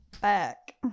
back